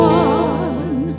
one